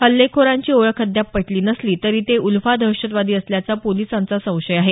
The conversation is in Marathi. हल्लेखोरांची ओळख अद्याप पटली नसली तरी ते उल्फा दहशतवादी असल्याचा पोलिसांचा संशय आहे